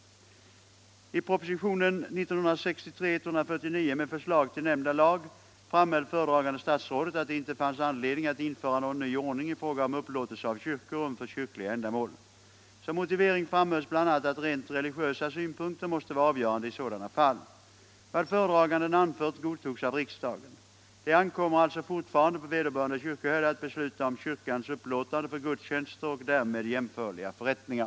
I propositionen 1963:149 med förslag till nämnda lag framhöll föredragande statsrådet att det inte fanns anledning att införa någon ny ordning i fråga om upplåtelse av kyrkorum för kyrkliga ändamål. Som motivering framhölls bl.a. att rent religiösa synpunkter måste vara avgörande i sådana fall. Vad föredraganden anfört godtogs av riksdagen. Det ankommer alltså fortfarande på vederbörande kyrkoherde att besluta om kyrkas upplåtande för gudstjänster: och därmed jämförliga förrättningar.